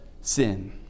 sin